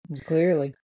Clearly